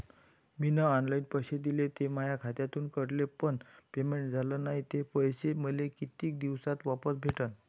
मीन online पैसे दिले, ते माया खात्यातून कटले, पण पेमेंट झाल नायं, ते पैसे मले कितीक दिवसात वापस भेटन?